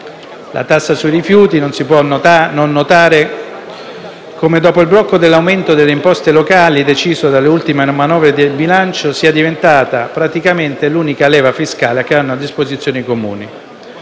la tassa sui rifiuti. Non si può non notare che, dopo il blocco dell'aumento delle imposte locali, deciso dalle ultime manovre di bilancio, questa tassa sia diventata praticamente l'unica leva fiscale che hanno a disposizione i Comuni.